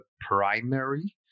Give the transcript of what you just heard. primary